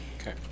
Okay